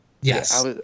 Yes